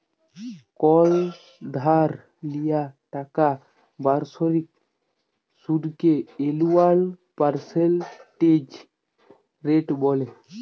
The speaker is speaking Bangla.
কল ধার লিয়া টাকার বাৎসরিক সুদকে এলুয়াল পার্সেলটেজ রেট ব্যলে